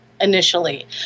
initially